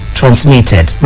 transmitted